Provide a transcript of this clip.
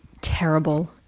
terrible